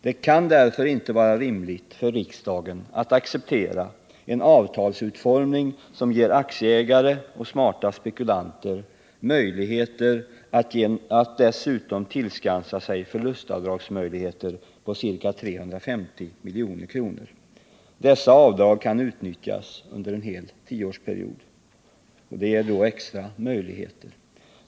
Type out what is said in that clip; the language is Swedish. Det kan därför inte vara rimligt för riksdagen att acceptera en avtalsutformning som ger aktieägare och smarta spekulanter möjligheter att dessutom tillskansa sig förlustavdrag på ca 350 milj.kr. Dessa avdrag kan utnyttjas under en hel tioårsperiod.